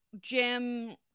Jim